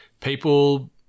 people